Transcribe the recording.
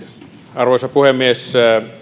arvoisa puhemies